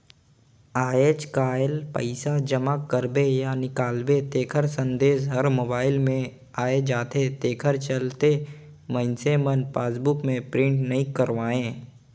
आयज कायल पइसा जमा करबे या निकालबे तेखर संदेश हर मोबइल मे आये जाथे तेखर चलते मइनसे मन पासबुक प्रिंट नइ करवायें